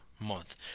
month